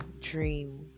dream